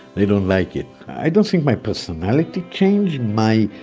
they don't like it. i don't think my personality changed my